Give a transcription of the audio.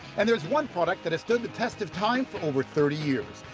and there's one product that has stood the test of time for over thirty years.